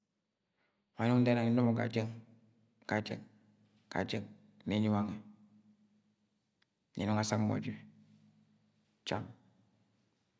. wa nẹ nnọng nda nno mọ ga jeng, ga jẹng, ga jẹng nni nyi wangẹ, ne nọngo asang mo jẹ cham.